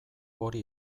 hori